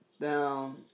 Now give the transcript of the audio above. down